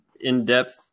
in-depth